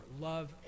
Love